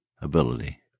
ability